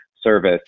service